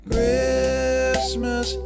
Christmas